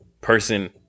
person